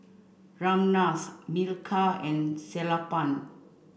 Ramnath Milkha and Sellapan